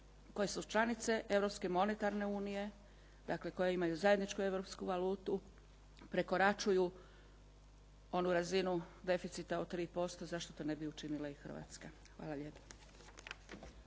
koje su članice Europske monetarne unije, dakle koje imaju zajedničku monetarnu valutu prekoračuju onu razinu deficita od 3% zašto to ne bi učinila i Hrvatska. Hvala lijepa.